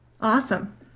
Awesome